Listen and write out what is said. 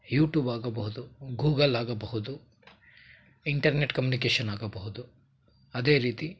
YouTube ಆಗಬಹುದು Google ಆಗಬಹುದು internet communication ಆಗಬಹುದು ಅದೇ ರೀತಿ